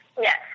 Yes